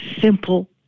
simple